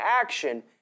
action